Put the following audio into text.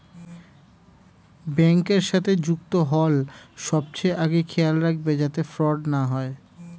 ব্যাংকের সাথে যুক্ত হল সবচেয়ে আগে খেয়াল রাখবে যাতে ফ্রড না হয়